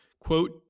Quote